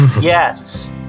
Yes